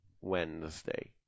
wednesday